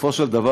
בסופו של דבר,